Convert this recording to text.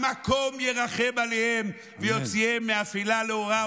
המקום ירחם עליהם ויוציאם מצרה לרווחה ומאפלה